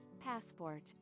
passport